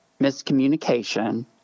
miscommunication